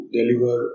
deliver